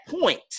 point